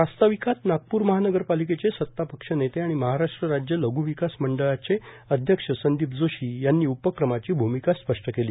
प्रस्ताविकात नागपूर महानगरपालिकेचे सत्तापक्ष नेते आणि महाराष्ट्र राज्य लघ् विकास मंडळाचे अध्यक्ष संदीप जोशी यांनी उपक्रमाची भूमिका स्पष्ट केली